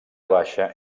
baixa